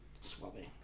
Suave